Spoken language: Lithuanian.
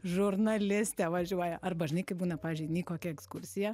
žurnalistė važiuoja arba žinai kai būna pavyzdžiui eini į kokią ekskursiją